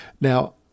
now